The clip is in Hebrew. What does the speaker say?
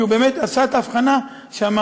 כי הוא באמת עשה את ההבחנה שאמרתי.